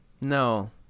No